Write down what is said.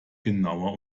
genauer